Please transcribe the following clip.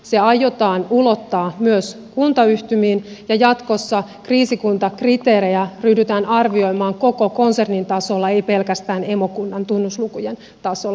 se aiotaan ulottaa myös kuntayhtymiin ja jatkossa kriisikuntakriteerejä ryhdytään arvioimaan koko konsernin tasolla ei pelkästään emokunnan tunnuslukujen tasolla